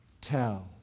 tell